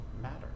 matter